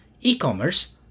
e-commerce